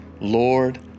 Lord